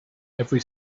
every